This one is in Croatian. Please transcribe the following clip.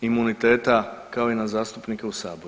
imuniteta kao i na zastupnike u saboru.